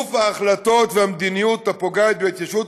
צירוף ההחלטות והמדיניות הפוגעות בהתיישבות